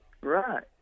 Right